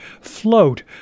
Float